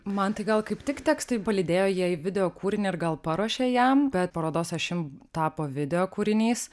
man tai gal kaip tik tekstai palydėjo jie į video kūrinį ir gal paruošė jam bet parodos ašim tapo video kūrinys